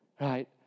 right